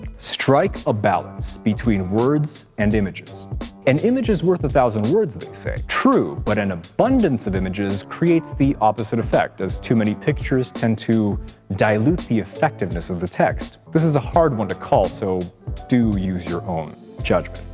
strike a balance between words and images an image is worth a thousand words, they say. true, but an abundance of images creates the opposite effect, as too many pictures tend to dilute the effectiveness of the text. this is a hard one to call, so use your own judgment.